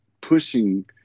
pushing